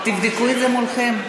תבדקו את זה מולכם.